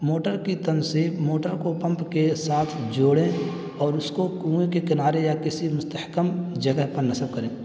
motor کی تنصیب motor کو پمپ کے ساتھ جوڑیں اور اس کو کنویں کے کنارے یا کسی مستحکم جگہ پر نصب کریں